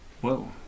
Whoa